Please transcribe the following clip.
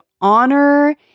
honor